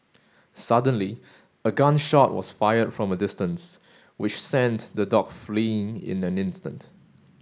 suddenly a gun shot was fired from a distance which sent the dog fleeing in an instant